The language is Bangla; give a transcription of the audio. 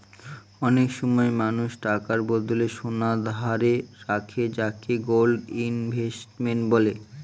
অনেক সময় মানুষ টাকার বদলে সোনা ধারে রাখে যাকে গোল্ড ইনভেস্টমেন্ট বলে